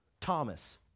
Thomas